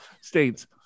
states